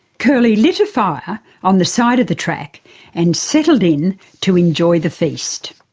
curly lit a fire on the side of the track and settled in to enjoy the feast.